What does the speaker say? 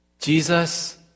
Jesus